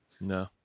No